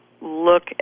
look